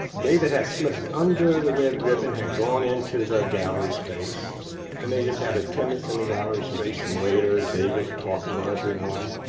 david has slipped under the red ribbon, had gone into the gallery space and they just had attendance in the gallery space and waiters and david's talking to everyone.